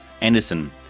Anderson